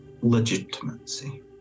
legitimacy